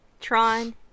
Tron